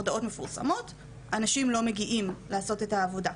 מודעות מפורסמות ואנשים לא מגיעים לעשות את העבודה.